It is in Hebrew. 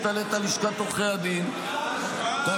לשכת עורכי הדין נוסעת למקסיקו,